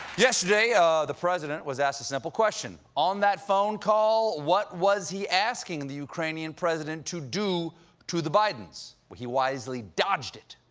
yesterday, ah the president was asked a simple question on that phone call, what was he asking the ukrainian president to do to the bidens? he wisely dodged it.